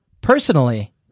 Personally